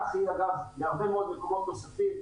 כך יהיה גם בהרבה מאוד מקומות נוספים,